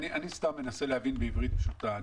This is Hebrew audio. אני מנסה להבין בעברית פשוטה.